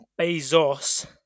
Bezos